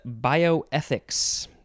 bioethics